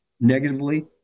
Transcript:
negatively